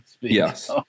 yes